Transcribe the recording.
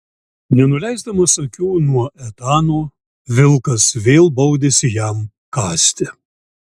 nenuleisdamas akių nuo etano vilkas vėl baudėsi jam kąsti